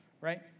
right